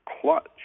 clutch